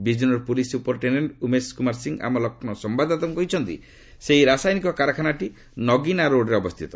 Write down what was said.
Bijnor police superintendent Umesh Kumar Singh ଆମ ଲକ୍ଷ୍ରୌ ସମ୍ଭାଦଦାତାଙ୍କୁ କହିଛନ୍ତି ସେହି ରାସାୟନିକ କାରଖାନାଟି ନଗୀନା ରୋଡ଼୍ରେ ଅବସ୍ଥିତ